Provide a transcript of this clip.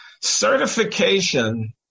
certification